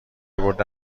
برده